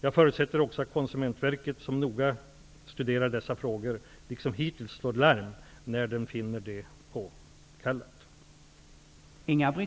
Jag förutsätter också att Konsumentverket, som noga studerar dessa frågor, liksom hittills slår larm när man finner det påkallat.